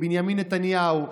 בנימין נתניהו,